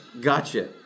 gotcha